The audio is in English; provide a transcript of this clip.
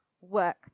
work